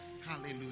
hallelujah